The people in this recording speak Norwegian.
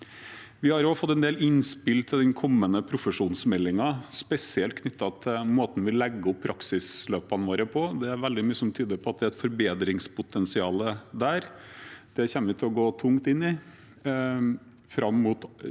Vi har også fått en del innspill til den kommende profesjonsmeldingen, spesielt knyttet til måten vi legger opp praksisløpene våre på. Det er veldig mye som tyder på at det er et forbedringspotensial der. Det kommer vi til å gå tungt inn i,